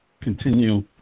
continue